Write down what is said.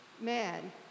man